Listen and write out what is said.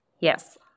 Yes